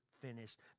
finished